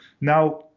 Now